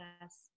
Yes